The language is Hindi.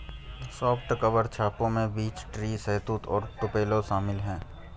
सॉफ्ट कवर छापों में बीच ट्री, शहतूत और टुपेलो शामिल है